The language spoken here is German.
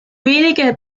wenige